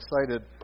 excited